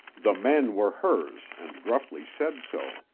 the men were hers and gruffly said so.